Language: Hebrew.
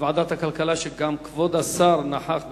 בוועדת הכלכלה, שגם כבוד השר נכח בה,